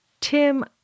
Tim